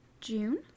June